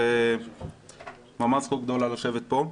זה ממש זכות גדולה לשבת פה.